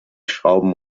schrauben